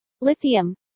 Lithium